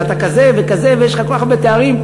אבל אתה כזה וכזה ויש לך כל כך הרבה תארים,